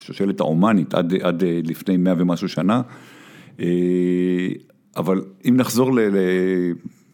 שושלת העומאנית עד לפני מאה ומשהו שנה, אבל אם נחזור ל...